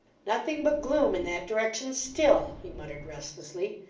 nothing but gloom in that direction, still he muttered restlessly.